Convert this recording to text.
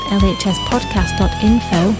lhspodcast.info